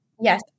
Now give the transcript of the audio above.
Yes